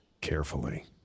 Carefully